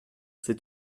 c’est